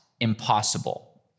impossible